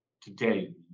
today